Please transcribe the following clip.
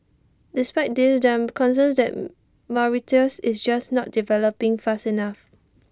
despite this there're concerns that Mauritius is just not developing fast enough